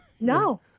no